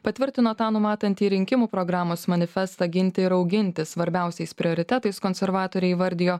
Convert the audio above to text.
patvirtino tą numatantį rinkimų programos manifestą ginti ir auginti svarbiausiais prioritetais konservatoriai įvardijo